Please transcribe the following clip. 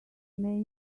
may